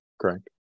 correct